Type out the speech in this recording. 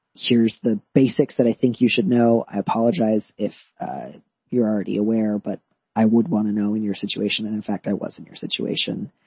here's the basics that i think you should know. i apologize if you're already aware, but i would want to know in your situation. and in fact, i was in your situation,